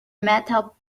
metal